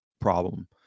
problem